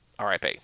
RIP